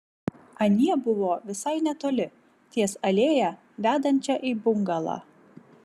anie buvo visai netoli ties alėja vedančia į bungalą